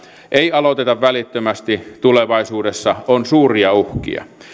ei aloiteta välittömästi tulevaisuudessa on suuria uhkia